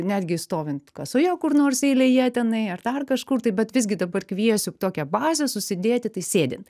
netgi stovint kasoje kur nors eilėje tenai ar dar kažkur tai bet visgi dabar kviesiu tokią bazę susidėti tai sėdint